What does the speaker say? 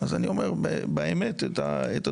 אז אני אומר באמת את הדברים.